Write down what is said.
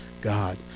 God